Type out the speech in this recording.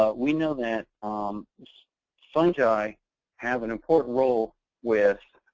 ah we know that um fungi have an important role with